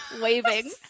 Waving